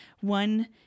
one